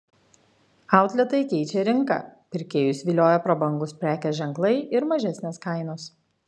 outletai keičia rinką pirkėjus vilioja prabangūs prekės ženklai ir mažesnės kainos